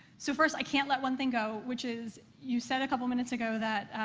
so, first, i can't let one thing go, which is you said a couple minutes ago that,